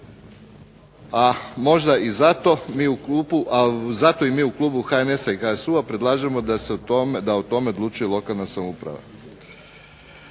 a možda i zato mi u klubu HNS-HSU-a predlažemo da o tome odlučuje lokalna samouprava.